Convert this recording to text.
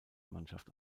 mannschaft